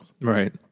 Right